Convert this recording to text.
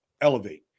elevate